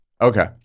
Okay